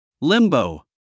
Limbo